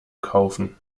kaufen